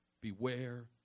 beware